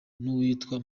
n’uwitwa